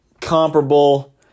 comparable